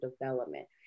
development